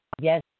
Yes